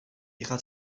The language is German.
ihrer